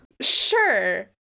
Sure